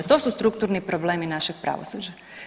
To su strukturni problemi našeg pravosuđa.